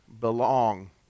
belong